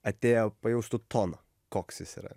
atėję pajaustų toną koks jis yra